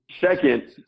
Second